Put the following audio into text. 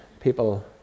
people